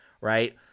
right